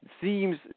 seems